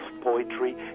poetry